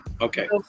Okay